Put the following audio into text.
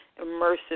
Immersive